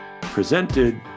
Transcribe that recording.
presented